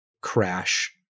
crash